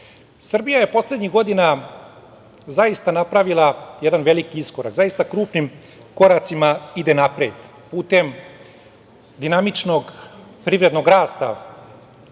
je poslednjih godina zaista napravila jedan veliki iskorak, zaista krupnim koracima ide napred, putem dinamičnog privrednog rasta.